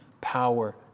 power